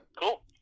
Cool